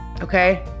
Okay